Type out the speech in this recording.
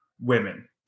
women